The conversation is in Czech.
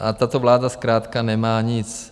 A tato vláda zkrátka nemá nic.